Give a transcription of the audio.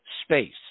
space